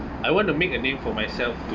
I want to make a name for myself to